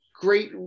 great